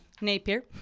Napier